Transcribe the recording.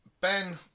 Ben